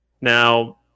Now